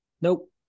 nope